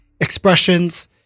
expressions